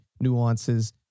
nuances